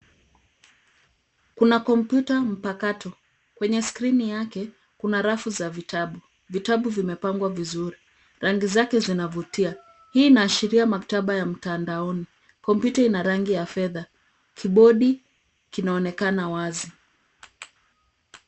Kuna kompyuta mpakato. Kwenye skrini yake, kuna rafu za vitabu. Vitabu vimepangwa vizuri. Rangi zake zinavutia. Hii inaashiria maktaba ya mtandaoni. Kompyuta inarangi ya fedha. Kibodi, kinaonekana wazi.